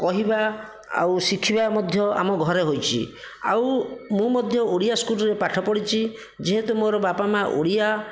କହିବା ଆଉ ଶିଖିବା ମଧ୍ୟ ଆମ ଘରେ ହୋଇଛି ଆଉ ମୁଁ ମଧ୍ୟ ଓଡ଼ିଆ ସ୍କୁଲରେ ପାଠ ପଢ଼ିଛି ଯେହେତୁ ମୋର ବାପା ମାଆ ଓଡ଼ିଆ